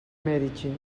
medici